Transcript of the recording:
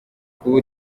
kuba